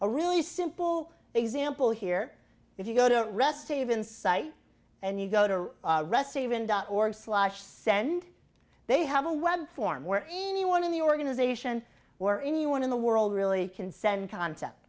a really simple example here if you go to rest of insight and you go to resi even dot org slash send they have a web form where anyone in the organization or anyone in the world really can send concept